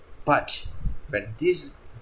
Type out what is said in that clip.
but but this is